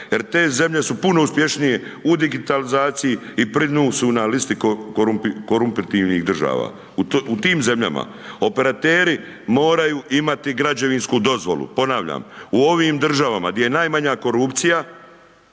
jer te zemlje su puno uspješnije u digitalizaciji i pri dnu su na listi koruptivnih država. U tim zemljama, operateri moraju imati građevinsku dozvolu, ponavljam, u ovim državama, gdje je najmanja korupcija